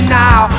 now